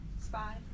Spy